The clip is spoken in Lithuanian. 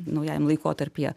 naujajam laikotarpyje